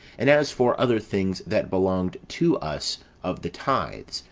and as for other things that belonged to us of the tithes,